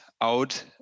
out